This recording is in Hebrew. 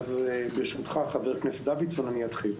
ברשותך, חבר הכנסת דוידסון, אני אתחיל.